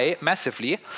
massively